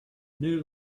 new